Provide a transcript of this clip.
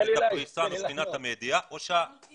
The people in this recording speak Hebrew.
את הפריסה מבחינת המדיה או שאתה --- אבל תן לי להסביר.